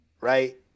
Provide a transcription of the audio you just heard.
Right